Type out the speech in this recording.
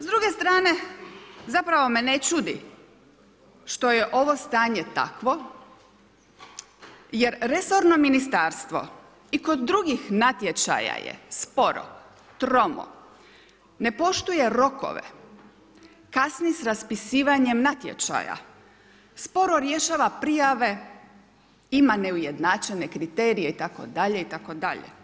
S druge strane zapravo me ne čudi što je ovo stanje takvo, jer resorno ministarstvo i kod drugih natječaja je sporo, tromo, ne poštuje rokove, kasni s raspisivanjem natječaja, sporo rješava prijave, ima neujednačene kriterije itd. itd.